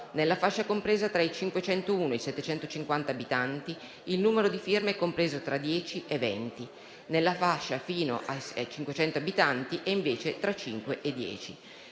nella fascia compresa tra i 501 e i 750 abitanti, il numero di firme è compreso tra 10 e 20; nella fascia sino ai 500 abitanti è invece tra 5 e10.